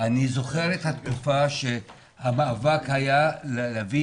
אני זוכר את התקופה שהמאבק היה להביא